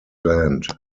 land